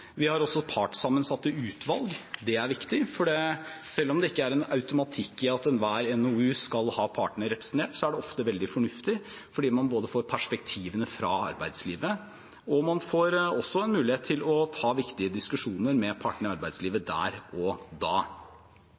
Vi har også partssammensatte utvalg. Det er viktig, for selv om det ikke er en automatikk i at enhver NOU skal ha partene representert, er det ofte veldig fornuftig fordi man får perspektivene fra arbeidslivet, og man får også en mulighet til å ta viktige diskusjoner med partene i arbeidslivet der og da.